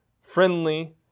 friendly